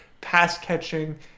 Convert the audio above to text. pass-catching